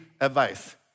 advice